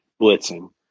blitzing